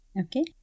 Okay